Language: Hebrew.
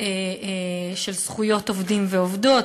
של זכויות עובדים ועובדות,